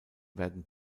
werden